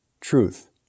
truth